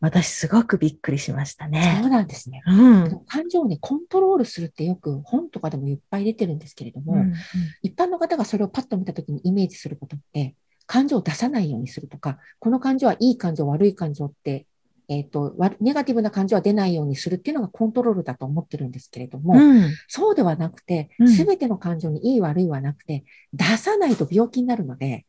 私すごくびっくりしましたね。そうなんですね。うん。この感情をね、コントロールするってよく本とかでもいっぱい出てるんですけれども、うんうん。一般の方がそれをパッと見た時にイメージすることって、感情を出さないようにするとか、この感情はいい感情、悪い感情って、えっと、わ- ネガティブな感情は出ないようにするっていうのがコントロールだと思ってるんですけれども、うん。そうではなくて、うん。全ての感情にいい悪いはなくて、出さないと病気になるので、